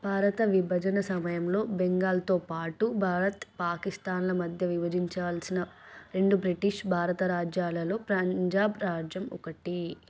భారత విభజన సమయంలో బెంగాల్తో పాటు భారత్ పాకిస్థాన్ల మధ్య విభజించాల్సిన రెండు బ్రిటిష్ భారత రాజ్యాలలో ప్రంజాబ్ రాజ్యం ఒకటి